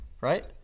Right